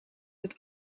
het